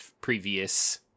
previous